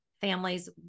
families